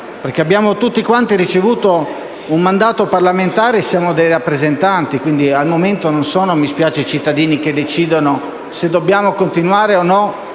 Abbiamo tutti quanti ricevuto un mandato parlamentare e siamo dei rappresentanti. Al momento non sono i cittadini a decidere se dobbiamo continuare o no